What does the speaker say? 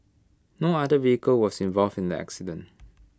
no other vehicle was involved in the accident